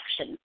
action